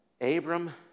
Abram